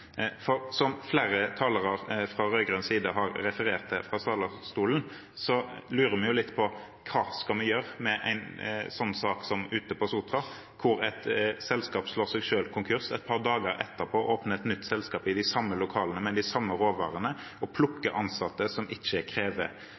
konkursbo. Som flere talere fra rød-grønn side har referert til fra talerstolen, lurer vi jo litt på hva vi skal gjøre med en sak som den ute på Sotra der et selskap slår seg selv konkurs og et par dager etterpå åpner et nytt selskap i de samme lokalene med de samme råvarene og